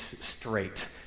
straight